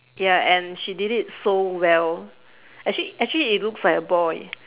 ya and she did it so well actually actually it looks like a boy